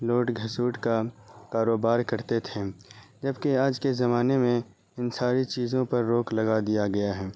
لوٹ گھسوٹ کا کاروبار کرتے تھے جب کہ آج کے زمانے میں ان ساری چیزوں پر روک لگا دیا گیا ہے